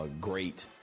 great